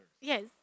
Yes